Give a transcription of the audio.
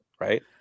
right